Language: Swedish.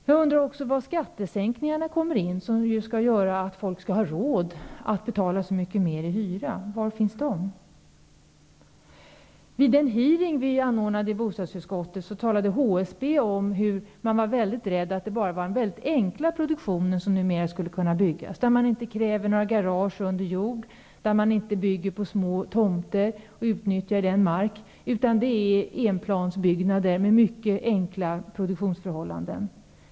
Jag undrar också var skattesänkningarna kommer in, de skattesänkningar som skulle göra att folk skulle ha råd att betala så mycket mer i hyra. Var finns dessa skattesänkningar? Vid en hearing som anordnades av bostadsutskottet talade man från HSB om att man var väldigt rädd för att det numera bara var mycket enkla produktioner som skulle kunna byggas, där det inte krävs några garage under jord och där det inte byggs på små tomter. Det kommer då att produceras enplansbyggnader, framställda under mycket enkla produktionsförhållanden.